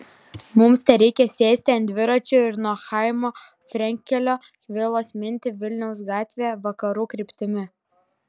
mums tereikia sėsti ant dviračių ir nuo chaimo frenkelio vilos minti vilniaus gatve vakarų kryptimi